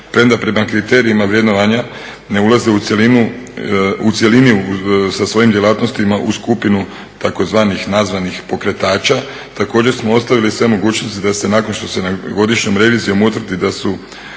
premda prema kriterijima vrednovanja ne ulaze u cjelini sa svojim djelatnostima u skupinu tzv. nazvanih pokretača. Također smo ostavili sve mogućnosti da se nakon što se godišnjom revizijom utvrdi da su